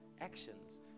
actions